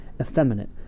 effeminate